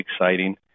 exciting